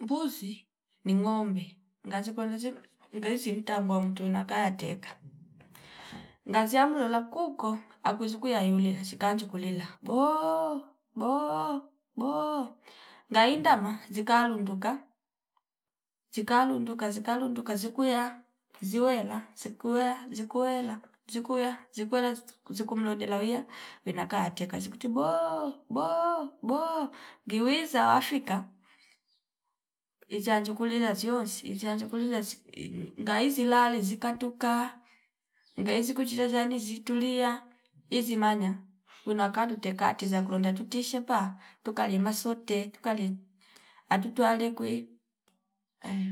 Mbuzi ni ngombe ngache kwelo zshima mbesi mtavo mtu nakaya teka ngazia mlola kuuko akwi chichi yale zikancho kulela "booo- booo- booo" ngaindava zikalo nduka zikalo nduka zikalo nduka zikuya ziwela zikuya zikuela zikuya zikwena vena kateka zikuti "booo- booo- booo" ngiwiza wafika izanju kulila ziwonsi isanju kulia ngaizi lale zikatuka ngaizi kuchile zshani zitulia izi manya kwina ka tete katiza kolanda tutishe pa tukalima sote tukali atutwa alekwi aya.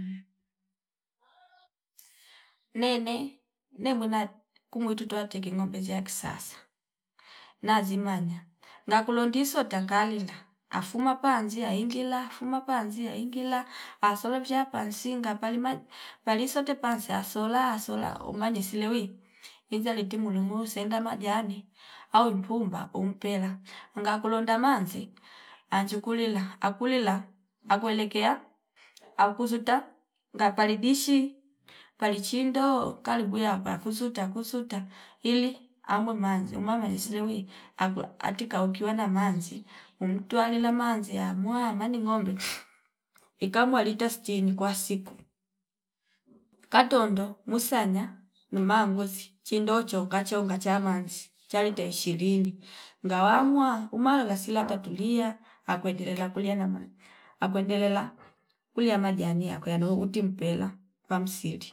Nene nemwad kumwe tuta tekli ngombe ziya kisasa nazi manya ngakoli ndiso takalinda afuma kuanzia ingela asolocha ipyanzi ngapalima palisa tote pansia sola- sola umanyi sine wii iza litimu nimo sinda majani au mpumba umpela ngakulonda manze achu kulila akulila akwelekea akuzuta ngapali dishi pali chindo karibu yakwa ya kusuta ya kusuta ili amwe manji imamwe yali sire wii akwe ati kaukia na manzi umtwa lela manzi yamwa mani ngombe ikamwe alita stini kwa siku katondo musanya mema ngosi chindo chonga chonga cha manzi cha lita ishirini ngawamwa umawela sila ata tulia akwe ndelela kulia na maji akwe ndelela kulia majani yakwe yano uti mpela pamsindi.